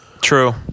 True